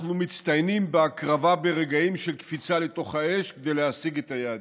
אנחנו מצטיינים בהקרבה ברגעים של קפיצה לתוך האש כדי להשיג את היעדים.